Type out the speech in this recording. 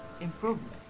improvement